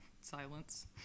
Silence